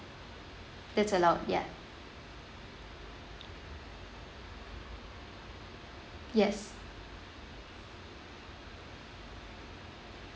that's allowed ya yes